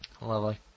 Lovely